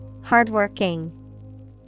hardworking